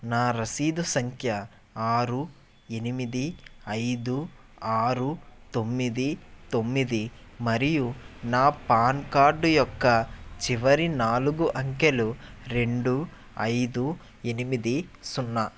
నా రసీదు సంఖ్య ఆరు ఎనిమిది ఐదు ఆరు తొమ్మిది తొమ్మిది మరియు నా పాన్ కార్డు యొక్క చివరి నాలుగు అంకెలు రెండు ఐదు ఎనిమిది సున్నా